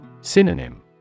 Synonym